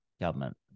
government